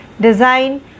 design